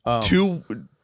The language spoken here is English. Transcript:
two